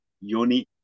Yoni